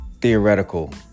theoretical